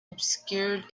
obscured